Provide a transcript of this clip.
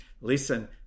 Listen